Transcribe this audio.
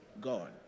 God